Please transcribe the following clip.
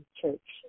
church